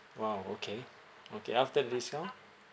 !wow! okay okay after the discount